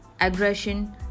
aggression